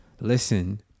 listen